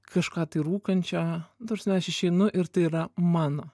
kažką tai rūkančio nu ta prasme aš išeinu ir tai yra mano